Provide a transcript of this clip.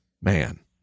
Man